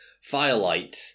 firelight